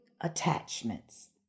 attachments